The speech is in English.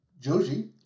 Joji